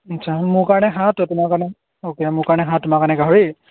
আচ্ছা মোৰ কাৰণে হাঁহ তোমাৰ কাৰণে অ'কে মোৰ কাৰণে হাঁহ তোমাৰ কাৰণে গাহৰি